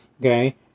Okay